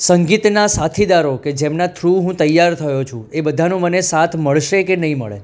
સંગીતના સાથીદારો કે જેમના થ્રુ હું તૈયાર થયેલો છું બધાનો સાથ મને મળશે કે નહીં મળે